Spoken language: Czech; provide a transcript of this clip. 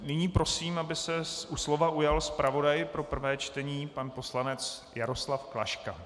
Nyní prosím, aby se slova ujal zpravodaj pro prvé čtení pan poslanec Jaroslav Klaška.